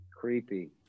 creepy